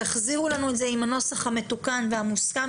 תחזירו לנו את זה עם הנוסח המתוקן והמוסכם,